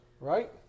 right